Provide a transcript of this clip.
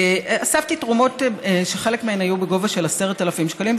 אספתי תרומות שחלק מהן היו בגובה של 10,000 שקלים,